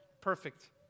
perfect